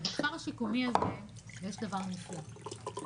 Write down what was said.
ובכפר השיקומי הזה יש דבר נפלא: